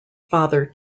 father